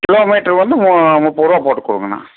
kilometre வந்து மு முப்பதுரூபா போட்டு கொடுங்கண்ணா